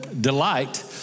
delight